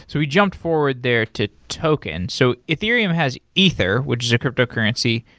so we jump forward there to tokens. so ethereum has ether, which is a cryptocurrency,